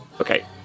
Okay